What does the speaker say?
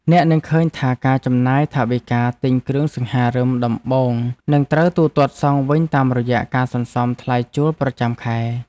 អ្នកនឹងឃើញថាការចំណាយថវិកាទិញគ្រឿងសង្ហារិមដំបូងនឹងត្រូវទូទាត់សងវិញតាមរយៈការសន្សំថ្លៃជួលប្រចាំខែ។